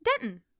Denton